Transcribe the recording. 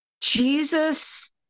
Jesus